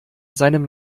seinem